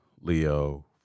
Leo